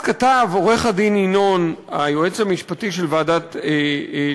אז כתב עורך-הדין ינון, היועץ המשפטי של הכנסת,